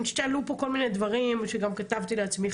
אני חושבת שעלו פה כל מיני דברים וגם כתבתי לעצמי.